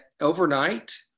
overnight